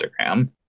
Instagram